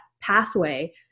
pathway